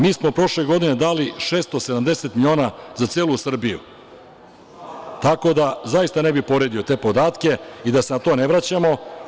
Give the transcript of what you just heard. Mi smo prošle godine dali 670 miliona za celu Srbiju, tako da zaista ne bi poredio te podatke i da se na to ne vraćamo.